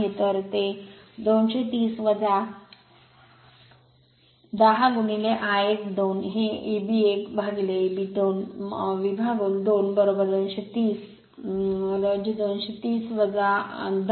तर ते 230 10 Ia 2हे Eb 1 upon Eb 2 विभागून 2 230 रोजी 230 10 Ia 2x